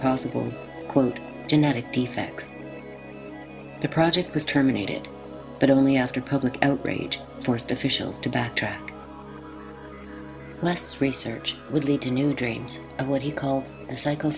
possible quote genetic effects the project was terminated but only after public outrage forced officials to backtrack less research would lead to new dreams and what he called the psycho